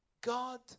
God